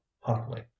hotly